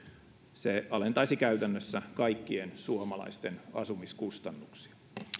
se alentaisi käytännössä kaikkien suomalaisten asumiskustannuksia